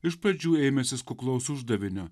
iš pradžių ėmęsis kuklaus uždavinio